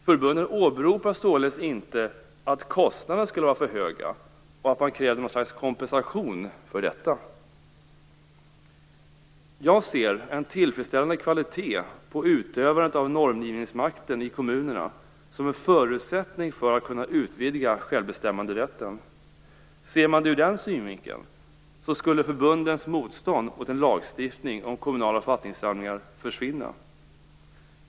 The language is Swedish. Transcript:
Förbunden åberopar således inte att kostnaderna skulle vara för höga och att man kräver något slags kompensation för detta. Jag ser en tillfredsställande kvalitet på utövandet av normgivningsmakten i kommunerna som en förutsättning för att kunna utvidga självbestämmanderätten. Ser man det ur den synvinkeln skulle förbundens motstånd mot en lagstiftning om kommunala författningssamlingar försvinna.